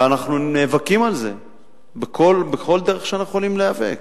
ואנחנו נאבקים על זה בכל דרך שאנחנו יכולים להיאבק.